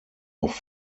auf